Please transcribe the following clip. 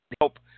help